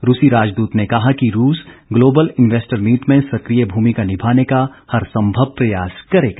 रूसी राजदूत ने कहा कि रूस ग्लोबल इंवेस्टर मीट में सक्रिय भूमिका निभाने का हरसंभव प्रयास करेगा